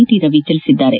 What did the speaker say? T Ravi ತಿಳಿಸಿದ್ದಾರೆ